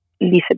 Lisa